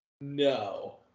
No